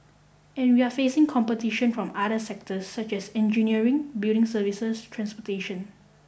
and we're facing competition from the other sectors such as engineering building services transportation